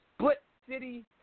split-city